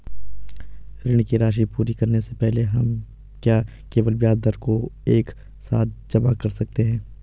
ऋण की राशि पूरी करने से पहले हम क्या केवल ब्याज दर को एक साथ जमा कर सकते हैं?